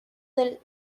del